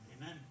Amen